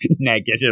Negative